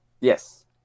Yes